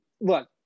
look